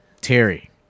Terry